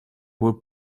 would